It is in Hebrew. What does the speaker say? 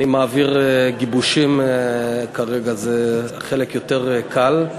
אני מעביר גיבושים כרגע, זה חלק יותר קל.